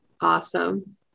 Awesome